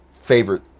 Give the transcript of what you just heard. favorite